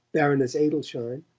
baroness adelschein.